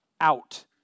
out